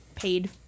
paid